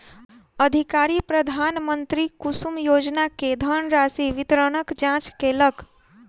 अधिकारी प्रधानमंत्री कुसुम योजना के धनराशि वितरणक जांच केलक